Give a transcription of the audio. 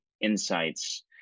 insights